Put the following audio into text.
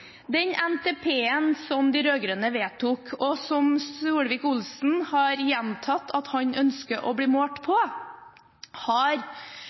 Den NTP-en som de rød-grønne vedtok, og som Solvik-Olsen har gjentatt at han ønsker å bli målt på, har